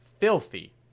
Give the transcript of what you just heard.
filthy